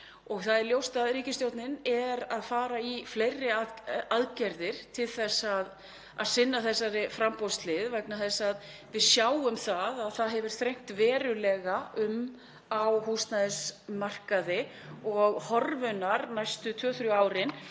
það er ljóst að ríkisstjórnin er að fara í fleiri aðgerðir til að sinna þessari framboðshlið vegna þess að við sjáum að það hefur þrengst verulega um á húsnæðismarkaði og horfurnar næstu 2–3 árin